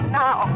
now